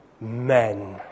Men